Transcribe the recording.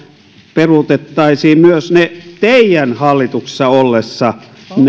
peruutettaisiin myös ne teidän hallituksessa ollessanne